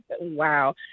wow